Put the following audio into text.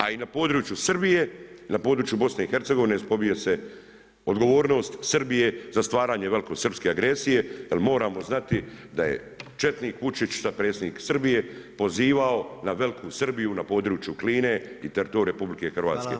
A i na području Srbije, na području BIH, spominje se odgovornost Srbije za stvaranje velikosrpske agresije, jer moramo znati da je četnik Vučić, sad predsjednik Srbije, pozivao, na veliku Srbiju, na području Kline i teritoriju RH.